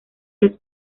los